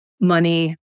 Money